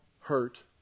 hurt